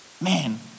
Man